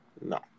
No